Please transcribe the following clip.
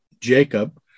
Jacob